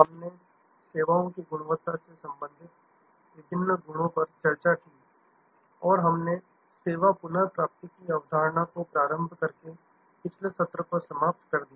हमने सेवाओं की गुणवत्ता से संबंधित विभिन्न गुणों पर चर्चा की और हमने सेवा पुनर्प्राप्ति की अवधारणा को प्रारंभ करके पिछले सत्र को समाप्त कर दिया